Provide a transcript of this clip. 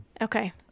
Okay